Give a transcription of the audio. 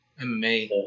MMA